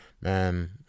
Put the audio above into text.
man